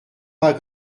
pas